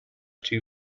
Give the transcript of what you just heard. two